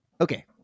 Okay